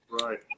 right